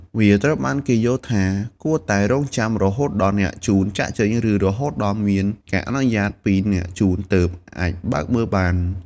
វាត្រូវបានគេយល់ថាគួរតែរង់ចាំរហូតដល់អ្នកជូនចាកចេញ ឬរហូតដល់មានការអនុញ្ញាតពីអ្នកជូនទើបអាចបើកមើលបាន។